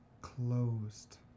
closed